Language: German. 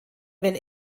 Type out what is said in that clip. wenn